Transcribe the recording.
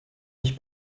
mich